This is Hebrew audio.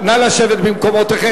נא לשבת במקומותיכם.